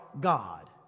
God